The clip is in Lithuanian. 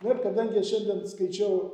na ir kadangi aš šiandien skaičiau